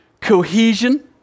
cohesion